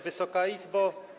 Wysoka Izbo!